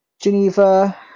geneva